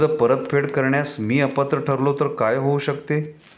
कर्ज परतफेड करण्यास मी अपात्र ठरलो तर काय होऊ शकते?